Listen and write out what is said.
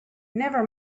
never